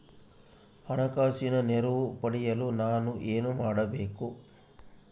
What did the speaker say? ಹಣಕಾಸಿನ ನೆರವು ಪಡೆಯಲು ನಾನು ಏನು ಮಾಡಬೇಕು?